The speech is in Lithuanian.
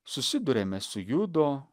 susiduriame su judo